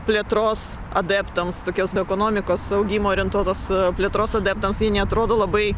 plėtros adeptams tokios ekonomikos augimo orientuotos plėtros adeptams jie neatrodo labai